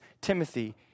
Timothy